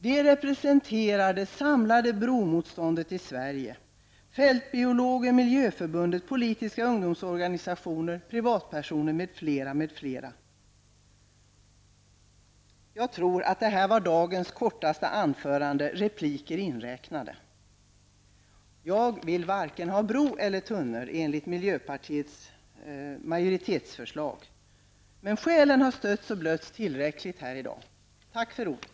De representerar det samlade bromotståndet i Jag tror att detta var dagens kortaste anförande -- repliker inräknade. Jag vill varken ha bro eller tunnel -- enligt miljöpartiets majoritetsförslag. Men skälen har stötts och blötts tillräckligt i dag. Tack för ordet.